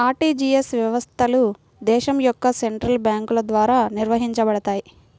RTGS వ్యవస్థలు దేశం యొక్క సెంట్రల్ బ్యేంకుల ద్వారా నిర్వహించబడతయ్